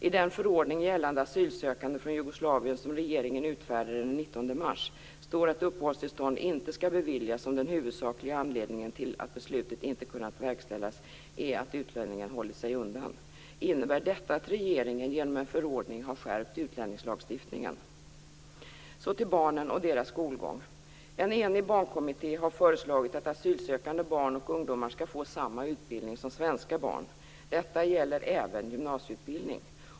I den förordning gällande asylsökande från Jugoslavien som regeringen utfärdade den 19 mars står det att uppehållstillstånd inte skall beviljas om den huvudsakliga anledningen till att beslutet inte kunnat verkställas är att utlänningen hållit sig undan. Innebär detta att regeringen genom en förordning har skärpt utlänningslagstiftningen? Så till barnen och deras skolgång. En enig barnkommitté har föreslagit att asylsökande barn och ungdomar skall få samma utbildning som svenska barn. Detta gäller även gymnasieutbildning.